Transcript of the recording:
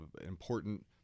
important